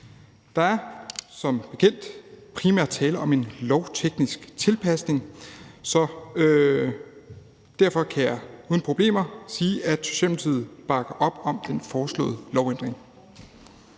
Der er som bekendt primært tale om en lovteknisk tilpasning. Så derfor kan jeg uden problemer sige, at Socialdemokratiet bakker op om den foreslåede lovændring.